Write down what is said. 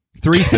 Three